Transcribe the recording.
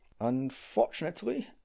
Unfortunately